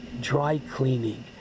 dry-cleaning